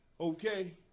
okay